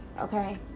Okay